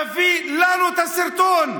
תביא לנו את הסרטון.